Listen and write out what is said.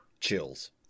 Chills